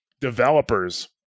developers